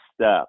step